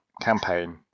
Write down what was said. campaign